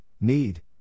need